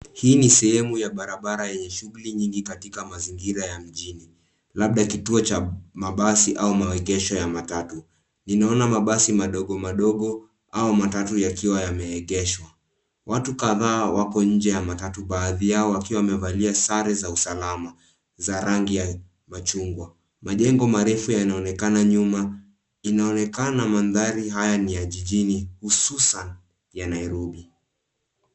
Hii ni sehemu ya barabara yenye shughuli nyingi katika mazingira ya mjini, labda kituo cha mabasi au maegesho ya matatu. Ninaona mabasi madogo madogo au matatu yakiwa yameegeshwa. Watu kadhaa wako nje ya matatu, baadhi yao wakiwa wamevalia sare za usalama za rangi ya machungwa. Majengo marefu yanaonekana nyuma. Inaonekana mandhari haya ni ya mjini, hususan ya Nairobi.